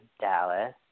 Dallas